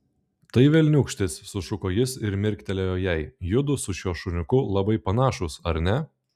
tai velniūkštis sušuko jis ir mirktelėjo jai judu su šiuo šuniuku labai panašūs ar ne